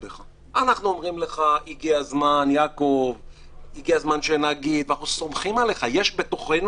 אומרים לך, הגיע הזמן שנגיב, אנחנו סומכים עליך,